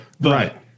Right